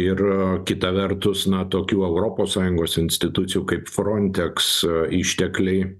ir kita vertus na tokių europos sąjungos institucijų kaip frontex ištekliai